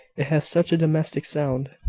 it has such a domestic sound!